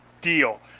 deal